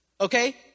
Okay